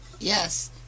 Yes